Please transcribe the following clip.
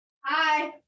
Hi